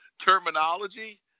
terminology